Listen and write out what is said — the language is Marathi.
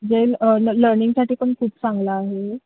जे ल लर्निंगसाठी पण खूप चांगला आहे